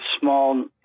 small